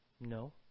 No